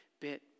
bit